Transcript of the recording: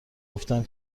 گفتم